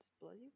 bloody